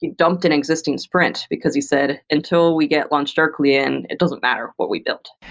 dumped an existing sprint because he said, until we get launchdarkly, and it doesn't matter what we built.